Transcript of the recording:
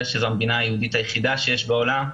שזו המדינה היהודית היחידה שיש בעולם.